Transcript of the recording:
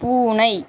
பூனை